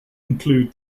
include